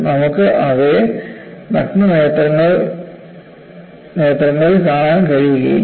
നമുക്ക് അവയെ നഗ്നനേത്രങ്ങളിൽ കാണാൻ കഴിയില്ല